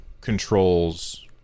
controls